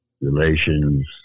relations